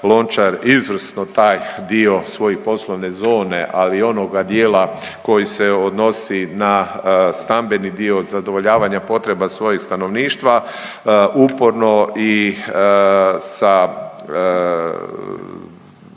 izvrsno taj dio svoje poslovne zone, ali i onoga dijela koji se odnosi na stambeni dio zadovoljavanja potreba svojeg stanovništva, uporno i sa